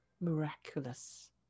miraculous